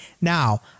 Now